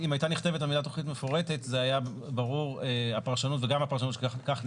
אם היתה נכתבת המילה תכנית מפורטת זה היה ברור וכך גם הפרשנות שניתנה,